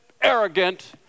arrogant